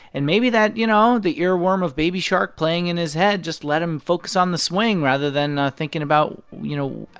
and maybe that you know, the earworm of baby shark playing in his head just let him focus on the swing rather than thinking about, you know,